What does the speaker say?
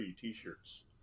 t-shirts